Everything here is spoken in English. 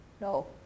No